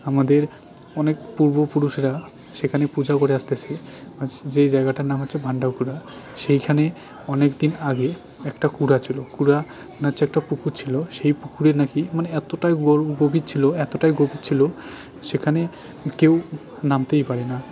আমাদের অনেক পূর্বপুরুষেরা সেখানে পুজো করে আসছে যেই জায়গাটার নাম হচ্ছে সেইখানে অনেক দিন আগে একটা কুড়া ছিল কুড়া মানে হচ্ছে একটা পুকুর ছিল সেই পুকুরে নাকি মানে এতটাই গভীর ছিল এতটাই গভীর ছিল সেখানে কেউ নামতেই পারে না